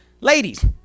Ladies